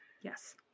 Yes